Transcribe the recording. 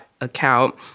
account